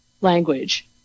language